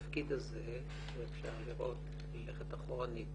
לתפקיד הזה, ואפשר לראות, ללכת אחורנית